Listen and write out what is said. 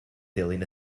dilyn